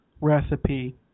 recipe